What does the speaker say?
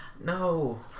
No